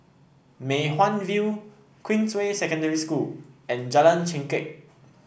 Mei Hwan View Queensway Secondary School and Jalan Chengkek